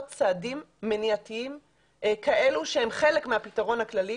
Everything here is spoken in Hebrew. צעדים מניעתיים כאלה שהם חלק מהפתרון הכללי.